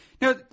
Now